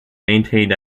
maintained